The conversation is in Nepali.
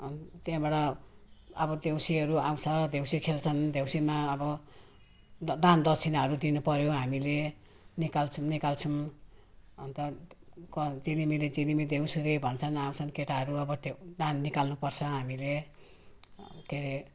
अनि त्यहाँबाट अब देउसीहरू आउँछ देउसी खेल्छन् देउसीमा अब द दान दक्षिणाहरू दिनु पर्यो हामीले निकाल्छौँ निकाल्छौँ अन्त झिलिमिली झिलिमिली देउसुरे भन्छन् आउँछन् केटाहरू अब त्यो दान निकाल्नु पर्छ हामीले के अरे